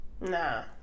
Nah